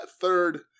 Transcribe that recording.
third